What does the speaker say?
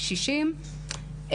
הקשישים,